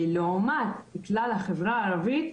לעומת כלל החברה הערבית,